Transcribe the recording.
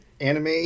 anime